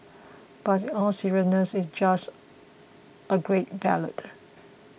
but in all seriousness it's just a great ballad